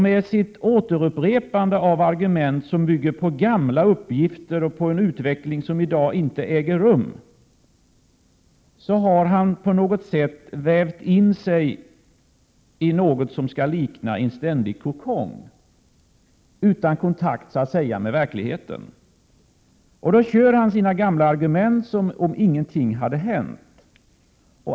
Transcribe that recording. Med sitt återupprepande av argument som bygger på gamla uppgifter och på en utveckling som i dag inte äger rum har han så att säga vävt in sig i något som liknar en kokong utan kontakt med verkligheten. Han kör med sina gamla argument som om ingenting hade hänt.